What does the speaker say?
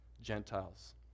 Gentiles